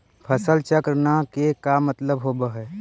फसल चक्र न के का मतलब होब है?